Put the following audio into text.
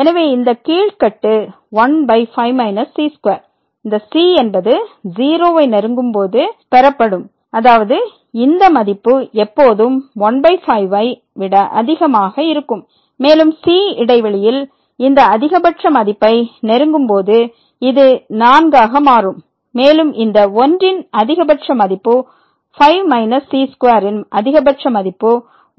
எனவே இந்த கீழ் கட்டு 15 c2 இந்த c என்பது 0 ஐ நெருங்கும்போது பெறப்படும் அதாவது இந்த மதிப்பு எப்போதும் 15 ஐ விட அதிகமாக இருக்கும் மேலும் c இடைவெளியில் இந்த அதிகபட்ச மதிப்பை நெருங்கும்போது இது 4 ஆக மாறும் மேலும் இந்த 1 இன் அதிகபட்ச மதிப்பு 5 மைனஸ் c2 ன் அதிகபட்ச மதிப்பு